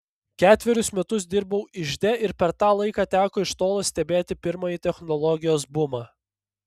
ketverius metus dirbau ižde ir per tą laiką teko iš tolo stebėti pirmąjį technologijos bumą